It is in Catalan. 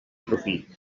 profit